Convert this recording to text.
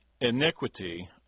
iniquity